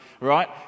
right